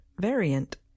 variant